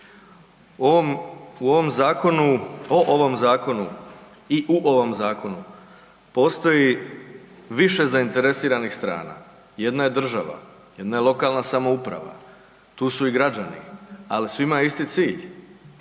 u ovom zakonu postoji više zainteresiranih strana, jedna je država, jedna je lokalna samouprava, tu su i građani ali svima je isti cilj,